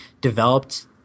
developed